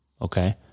okay